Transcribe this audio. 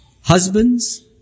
husbands